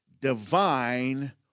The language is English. divine